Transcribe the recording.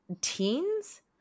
teens